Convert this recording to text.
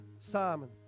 Simon